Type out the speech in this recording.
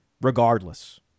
regardless